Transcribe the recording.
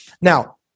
Now